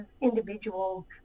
individuals